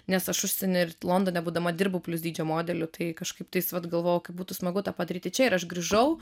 nes aš užsieny ir londone būdama dirbau plius dydžio modeliu tai kažkaip tai vat galvojau kaip būtų smagu tą padaryti čia ir aš grįžau